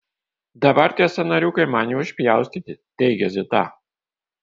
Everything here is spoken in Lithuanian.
dabar tie sąnariukai man jau išpjaustyti teigia zita